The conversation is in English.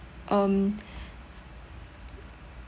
um